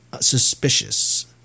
suspicious